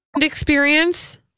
Experience